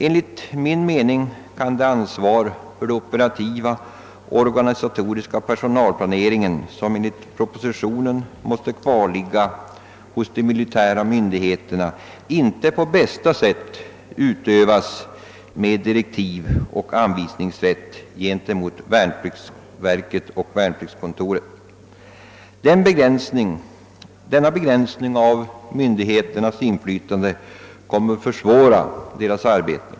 Enligt min mening kan det ansvar för operativa och organisatoriska personalplaceringar, som enligt propositionen måste kvarligga hos de militära myndigheterna, inte på bästa sätt utövas med direktivoch anvisningsrätt gentemot värnpliktsverket och värnpliktskontoren. Denna begränsning av myndigheternas inflytande kommer att försvåra deras arbete.